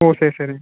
ஓ சரி சரி